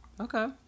Okay